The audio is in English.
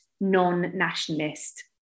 non-nationalist